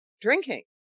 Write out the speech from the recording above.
drinking